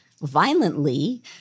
violently